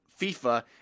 FIFA